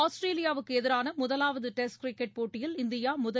ஆஸ்திரேலியாவுக்கு எதிரான முதலாவது டெஸ்ட் கிரிக்கெட் போட்டியில் இந்தியா முதல்